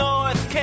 North